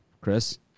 Chris